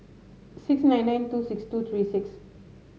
six nine nine two six two three six